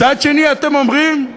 מצד שני אתם אומרים: